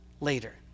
later